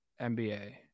NBA